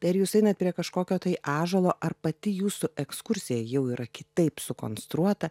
ir jūs einat prie kažkokio tai ąžuolo ar pati jūsų ekskursija jau yra kitaip sukonstruota